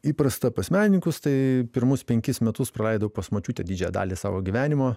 įprasta pas menininkus tai pirmus penkis metus praleidau pas močiutę didžiąją dalį savo gyvenimo